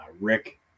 Rick